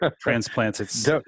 transplants